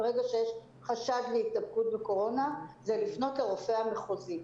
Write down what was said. ברגע שיש חשד להידבקות בקורונה צריך לפנות לרופא המחוזי,